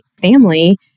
family